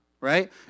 right